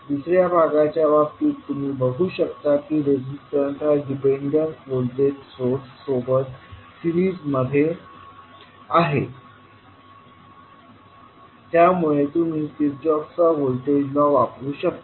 दुसऱ्या भागाच्या बाबतीत तुम्ही बघू शकता की रेजिस्टन्स हा डिपेंडंट व्होल्टेज सोर्स सोबत सिरीज मध्ये आहे त्यामुळे तुम्ही किर्चहॉफचा व्होल्टेज लॉ वापरू शकता